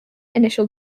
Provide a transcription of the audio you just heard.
initial